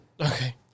okay